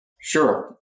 Sure